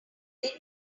hire